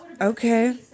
Okay